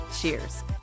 Cheers